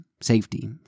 safety